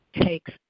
takes